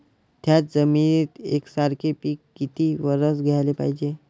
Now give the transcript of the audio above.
थ्याच जमिनीत यकसारखे पिकं किती वरसं घ्याले पायजे?